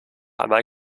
einmal